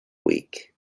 week